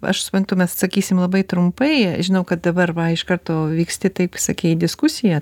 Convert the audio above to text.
aš suprantu mes atsakysim labai trumpai žinau kad dabar va iš karto vyksti taip sakei į diskusiją